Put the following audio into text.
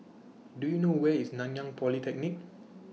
Do YOU know Where IS Nanyang Polytechnic